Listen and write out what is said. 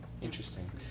Interesting